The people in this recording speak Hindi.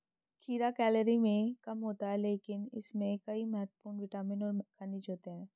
खीरा कैलोरी में कम होता है लेकिन इसमें कई महत्वपूर्ण विटामिन और खनिज होते हैं